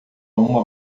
uma